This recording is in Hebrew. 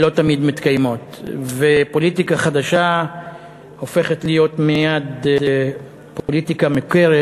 לא תמיד מתקיימות ופוליטיקה חדשה הופכת להיות מייד פוליטיקה מוכרת,